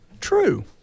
true